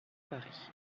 paris